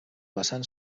vessant